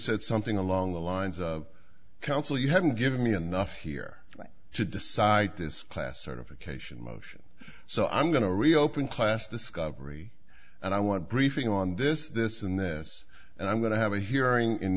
said something along the lines of counsel you haven't given me enough here to decide this class certification motion so i'm going to reopen class discovery and i want briefing on this this and this and i'm going to have a hearing in